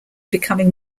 becoming